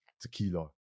Tequila